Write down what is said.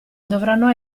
dovranno